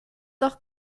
doch